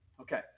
Okay